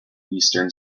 eastern